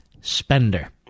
spender